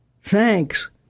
Thanks